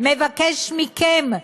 מבקש מכם,